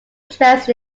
dressed